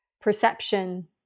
perception